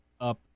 up